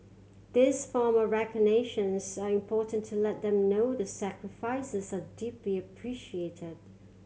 these form of recognitions are important to let them know their sacrifices are deeply appreciated